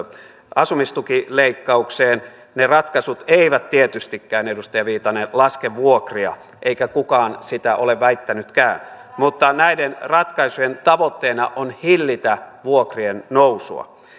asumistukileikkaukseen eivät tietystikään edustaja viitanen laske vuokria eikä kukaan niin ole väittänytkään mutta näiden ratkaisujen tavoitteena on hillitä vuokrien nousua